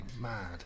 mad